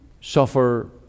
suffer